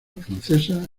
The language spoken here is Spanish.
francesa